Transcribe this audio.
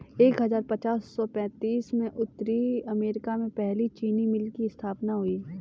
एक हजार पाँच सौ पैतीस में उत्तरी अमेरिकी में पहली चीनी मिल की स्थापना हुई